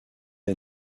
est